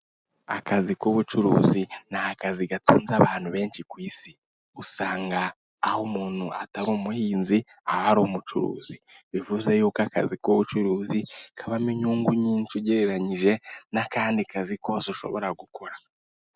Akazi k'ubucuruzi ni akazi gatunze abantu benshi ku isi, usanga aho umuntu atari umuhinzi aba ar'umucuruzi bivuze yuko akazi k'ubucuruzi kabamo inyungu nyinshi ugereranyije n'akandi kazi kose ushobora gukora.